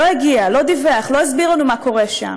לא הגיע, לא דיווח, לא הסביר לנו מה קורה שם.